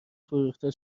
فروخته